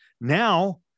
now